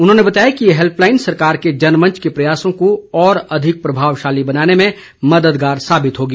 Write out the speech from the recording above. उन्होंने बताया कि ये हैल्पलाईन सरकार के जनमंच के प्रयासों को और भी अधिक प्रभावशाली बनाने में मददगार साबित होगी